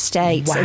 States